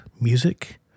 music